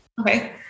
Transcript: Okay